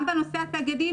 גם בנושא התאגידים,